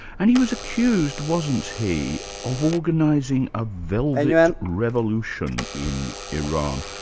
and he was accused, wasn't he, of organising a velvet revolution in iran,